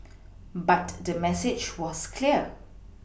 but the message was clear